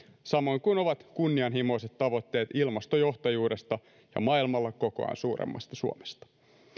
samoin kuin ovat kunnianhimoiset tavoitteet ilmastojohtajuudesta ja maailmalla kokoaan suuremmasta suomesta